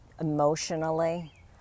emotionally